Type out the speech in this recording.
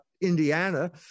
Indiana